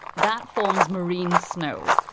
that forms marine snow.